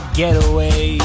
getaway